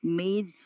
made